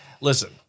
listen